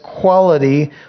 quality